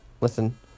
Listen